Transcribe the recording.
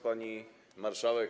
Pani Marszałek!